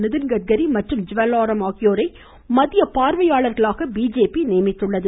நிதின் கட்காரி மற்றும் ஜ்வல் ழுசயஅ ஆகியோரை மத்திய பார்வையாளராக பிஜேபி நியமித்துள்ளது